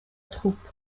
troupe